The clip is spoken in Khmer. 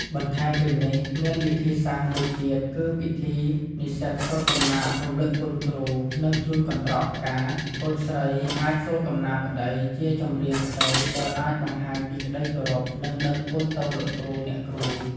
បន្ថែមពីនេះមានវិធីសាស្រ្តមួយទៀតគឺពិធីនិស្សិតសូត្រកំណាព្យរំលឹកគុណគ្រូ និងជូនកន្រ្តកផ្កា កូនស្រីអាចសូត្រកំណាព្យក្តីជាចម្រៀនក្តីដែលអាចបង្ហាញពីក្តីគោរព និងដឹងគុណទៅលោកគ្រូ អ្នកគ្រូ។